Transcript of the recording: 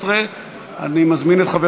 התשע"ג 2013. אני מזמין את חבר